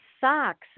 socks